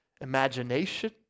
imagination